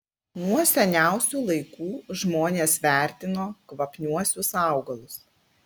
nuo seniausių laikų žmonės vertino kvapniuosius augalus